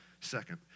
second